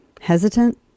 hesitant